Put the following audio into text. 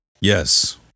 Yes